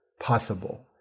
possible